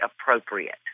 appropriate